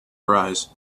arise